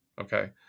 Okay